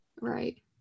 Right